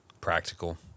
Practical